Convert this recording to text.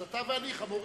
אז אתה ואני חמורים.